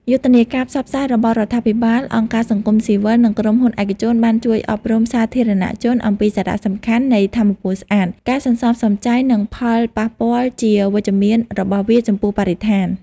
យុទ្ធនាការផ្សព្វផ្សាយរបស់រដ្ឋាភិបាល អង្គការសង្គមស៊ីវិល និងក្រុមហ៊ុនឯកជនបានជួយអប់រំសាធារណជនអំពីសារៈសំខាន់នៃថាមពលស្អាត ការសន្សំសំចៃ និងផលប៉ះពាល់ជាវិជ្ជមានរបស់វាចំពោះបរិស្ថាន។